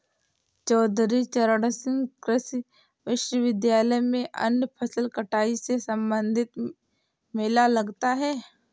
चौधरी चरण सिंह कृषि विश्वविद्यालय में अन्य फसल कटाई से संबंधित मेला लगता है